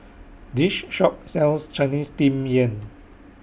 This Shop sells Chinese Steamed Yam